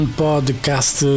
podcast